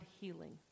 healing